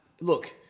Look